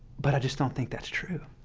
but i just don't think that's true.